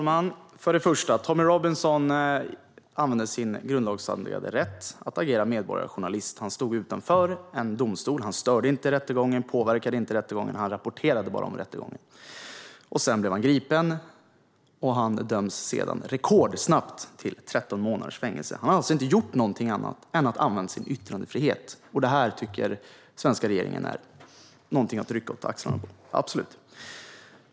Herr talman! Tommy Robinson använde sin grundlagsstadgade rätt att agera medborgarjournalist. Han stod utanför en domstol. Han störde inte rättegången och påverkade inte rättegången. Han rapporterade bara om rättegången. Han blev gripen och dömdes sedan rekordsnabbt till 13 månaders fängelse. Han har alltså inte gjort någonting annat än att använda sin yttrandefrihet. Det här tycker den svenska regeringen är något att rycka på axlarna åt.